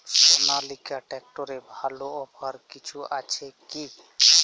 সনালিকা ট্রাক্টরে ভালো অফার কিছু আছে কি?